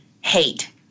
hate